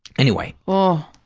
anyway. oh.